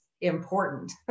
important